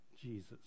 Jesus